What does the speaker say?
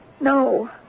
No